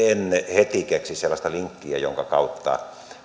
heti keksi sellaista linkkiä jonka kautta